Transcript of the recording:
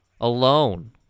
Alone